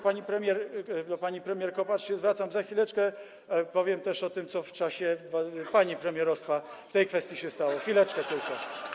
Pani premier, do pani premier Kopacz się zwracam, za chwileczkę powiem też o tym, co w czasie pani premierostwa w tej kwestii się stało, chwileczkę tylko.